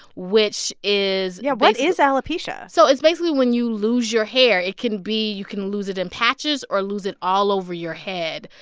which is. yeah. what is alopecia? so it's basically when you lose your hair. it can be you can lose it in patches or lose it all over your head.